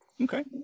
Okay